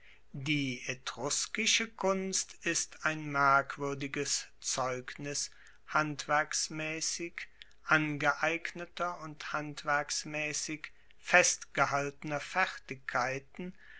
die etruskische kunst ist ein merkwuerdiges zeugnis handwerksmaessig angeeigneter und handwerksmaessig festgehaltener fertigkeiten